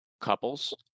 couples